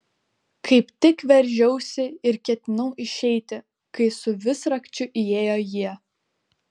kaip tik veržiausi ir ketinau išeiti kai su visrakčiu įėjo jie